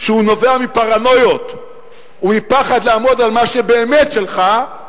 שנובע מפרנויות ומפחד לעמוד על מה שבאמת שלך,